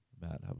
Matt